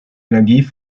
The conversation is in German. energie